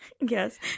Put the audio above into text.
Yes